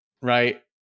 Right